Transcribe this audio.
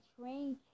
train